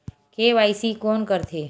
KYC कोन करथे?